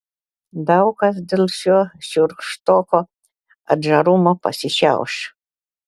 daug kas dėl šio šiurkštoko atžarumo pasišiauš